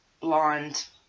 blonde